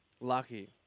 lucky